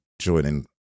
joining